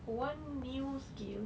one new skill